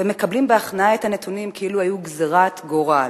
ומקבלים בהכנעה את הנתונים, כאילו היו גזירת גורל.